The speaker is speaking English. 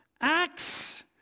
Acts